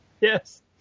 Yes